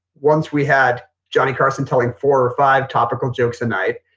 once we had johnny carson telling four or five topical jokes a night.